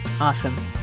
Awesome